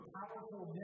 powerful